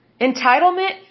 Entitlement